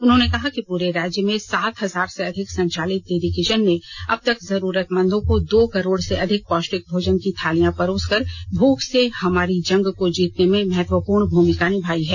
उन्होंने कहा कि पूरे राज्य में सात हजार से अधिक संचालित दीदी किचन ने अब तक जरूरतमंदों को दो करोड़ से अधिक पौष्टिक भोजन की थालियाँ परोस कर भूख से हमारी जंग को जीतने में महत्वपूर्ण भूमिका निभायी है